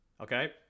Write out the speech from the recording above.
Okay